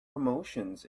promotions